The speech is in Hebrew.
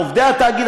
עובדי התאגיד,